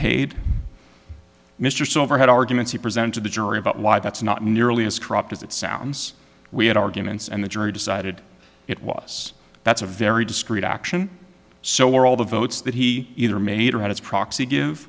paid mr silver had arguments he presented to the jury about why that's not nearly as corrupt as it sounds we had arguments and the jury decided it was that's a very discreet action so were all the votes that he either made or had its proxy give